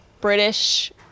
British